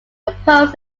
opposed